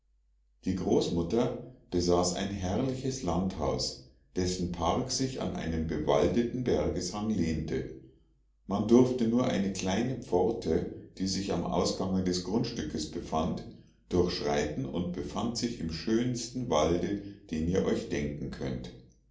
die großmutter besaß ein herrliches landhaus dessen park sich an einen bewaldeten bergesabhang lehnte man durfte nur eine kleine pforte die sich am ausgange des grundstückes befand durchschreiten und befand sich im schönsten walde den ihr euch denken könnt